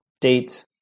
date